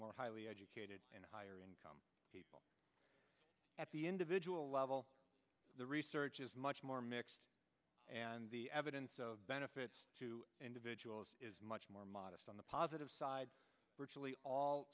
more highly educated and higher income people at the individual level the research is much more mixed and the evidence of benefits to individuals is much more modest on the positive side virtually all